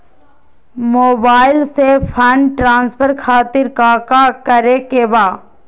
Mobile से fund transfer खातिर काका करे के बा?